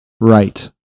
right